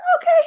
Okay